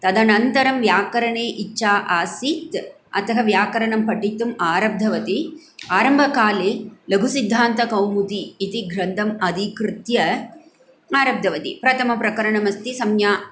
तदनन्तरं व्याकरणे इच्छा आसीत् अतः व्याकरणं पठितुम् आरब्धवती आरम्भकाले लघुसिद्धान्तकौमुदी इति ग्रन्तम् अधिकृत्य आरब्धवती प्रथमप्रकरणम् अस्ति संज्ञा